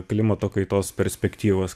klimato kaitos perspektyvos